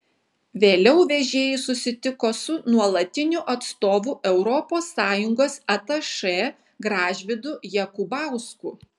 vėliau vežėjai susitiko su nuolatiniu atstovu europos sąjungos atašė gražvydu jakubausku